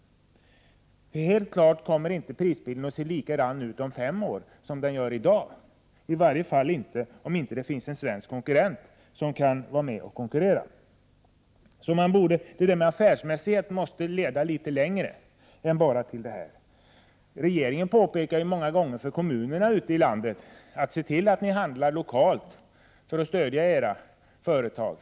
Det är helt klart att prisbilden om fem år inte kommer att se likadan ut som den gör i dag, i varje fall inte om det inte finns någon svensk tillverkare som kan vara med och konkurrera. Detta med affärsmässighet måste leda litet längre än vad som nu är fallet. Regeringen påpekar ju många gånger för kommunerna ute i landet att de skallse till att göra lokala uppköp för att stödja kommunens egna företag.